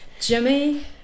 Jimmy